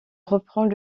reprend